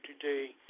today